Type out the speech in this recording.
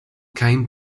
came